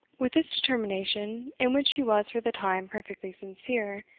with this determination, in which he was for the time perfectly sincere,